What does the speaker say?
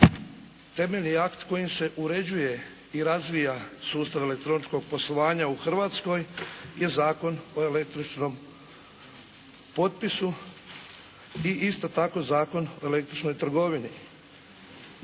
Temeljni akt kojim se uređuje i razvija sustav elektroničkog poslovanja u Hrvatskoj je Zakon o elektroničkom potpisu i isto tako Zakon o elektroničnoj trgovini